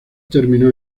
terminó